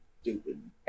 stupid